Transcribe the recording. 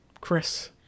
Chris